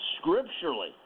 scripturally